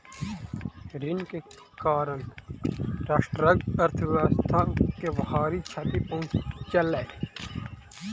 ऋण के कारण राष्ट्रक अर्थव्यवस्था के भारी क्षति पहुँचलै